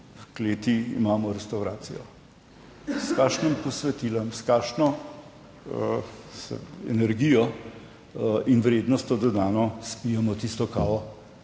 v kleti imamo restavracijo. S kakšnim posvetilom, s kakšno energijo in vrednostjo dodano spijemo tisto kavo